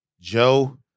Joe